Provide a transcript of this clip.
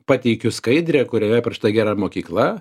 pateikiu skaidrę kurioje aprašyta gera mokykla